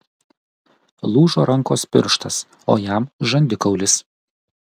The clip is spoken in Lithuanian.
lūžo rankos pirštas o jam žandikaulis